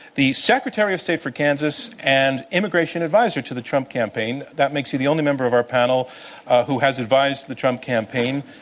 the secretary of state for kansas and immigration advisor to the trump campaign. that makes you the only member of our panel who has advised the trump campaign,